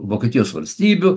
vokietijos valstybių